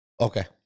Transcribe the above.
Okay